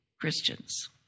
Christians